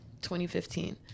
2015